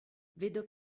vedo